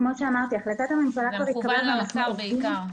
זה מכוון לאוצר בעיקר.